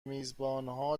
میزبانها